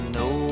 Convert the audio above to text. no